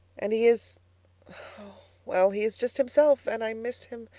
and he is oh, well! he is just himself, and i miss him,